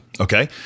Okay